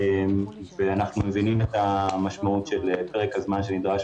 אנחנו מבינים את המשמעות של פרק הזמן שנדרש